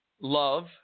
love